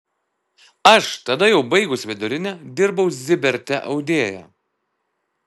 aš tada jau baigus vidurinę dirbau ziberte audėja